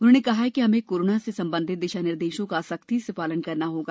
उन्होंने कहा कि हमें कोरोना से संबंधित दिशानिर्देशों का सख्ती से पालन करना होगा